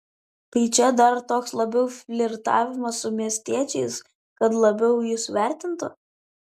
tai čia dar toks labiau flirtavimas su miestiečiais kad labiau jus vertintų